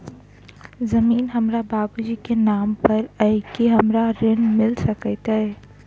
जमीन हमरा बाबूजी केँ नाम पर अई की हमरा ऋण मिल सकैत अई?